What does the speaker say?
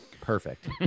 perfect